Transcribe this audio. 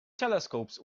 telescopes